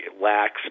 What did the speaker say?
lacks